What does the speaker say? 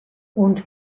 und